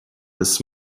this